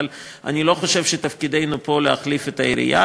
אבל אני לא חושב שתפקידנו פה הוא להחליף את העירייה,